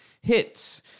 hits